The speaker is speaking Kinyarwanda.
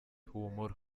humura